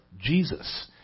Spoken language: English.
Jesus